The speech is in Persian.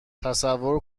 تصور